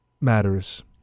matters